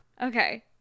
Okay